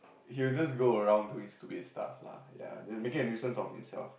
he will just go around doing stupid stuff lah ya then making a nuisance of himself